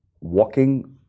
walking